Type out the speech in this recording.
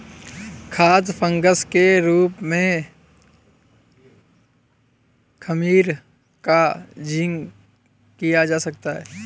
खाद्य फंगस के रूप में खमीर का जिक्र किया जा सकता है